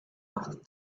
asked